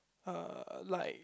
uh like